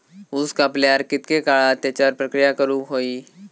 ऊस कापल्यार कितके काळात त्याच्यार प्रक्रिया करू होई?